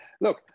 Look